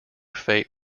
fate